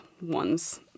one's